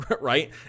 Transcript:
right